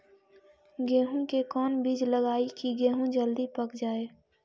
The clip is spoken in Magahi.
गेंहू के कोन बिज लगाई कि गेहूं जल्दी पक जाए?